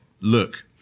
look